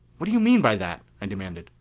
what do you mean by that? i demanded.